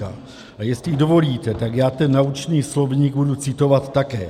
A jestli dovolíte, tak já ten naučný slovník budu citovat také.